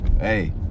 Hey